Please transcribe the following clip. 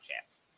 chance